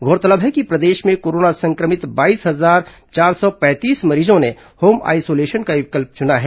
गौरतलब है कि प्रदेश में कोरोना संक्रमित बाईस हजार चार सौ पैंतीस मरीजों ने होम आइसोलेशन का विकल्प चुना है